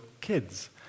kids